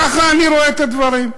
ככה אני רואה את הדברים.